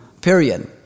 period